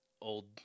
old